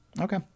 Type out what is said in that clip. Okay